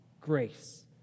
grace